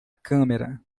câmera